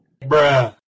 Bruh